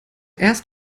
erst